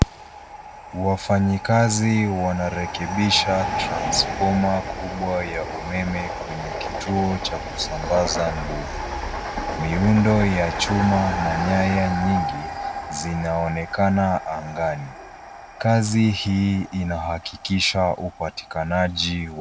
Wafanyikazi wanarekebisha transfoma kubwa ya umeme kwenye kituo ya kusambaza nguvu. Miundo ya chuma na nyaya nyingi zinaonekana angani. Kazi hii inahakikisha upatikanaji wa.